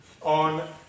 on